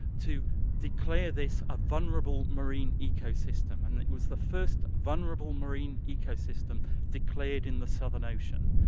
to declare this a vulnerable marine ecosystem. and it was the first vulnerable marine ecosystem declared in the southern ocean.